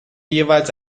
jeweils